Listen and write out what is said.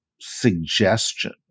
suggestion